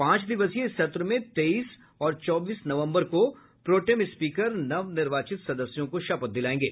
पांच दिवसीय इस सत्र में तेईस और चौबीस नवम्बर को प्रोटेम स्पीकर नवनिर्वाचित सदस्यों को शपथ दिलायेंगे